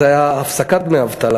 זה היה הפסקת דמי אבטלה,